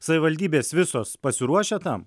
savivaldybės visos pasiruošę tam